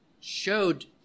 showed